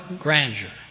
grandeur